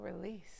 release